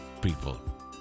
people